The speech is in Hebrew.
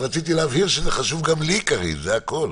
אז רציתי להבהיר שזה חשוב גם לי, קארין, זה הכול.